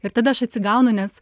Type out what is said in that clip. ir tada aš atsigaunu nes